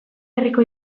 herriko